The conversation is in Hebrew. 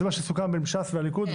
זה מה שסוכם בין ש"ס והליכוד,